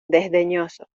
desdeñoso